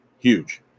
Huge